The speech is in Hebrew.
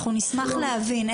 אנחנו נשמח להבין.